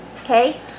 Okay